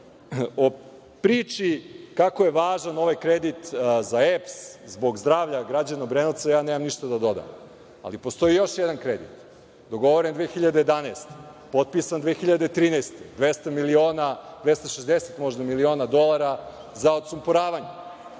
priči kako je važan ovaj kredit za EPS zbog zdravlja građana Obrenovca, ja nemam ništa da dodam, ali postoji još jedan kredit, dogovoren 2011. godine, potpisan 2013. godine, 260 miliona dolara za odsumporavanje.